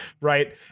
Right